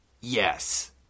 Yes